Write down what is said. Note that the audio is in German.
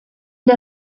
der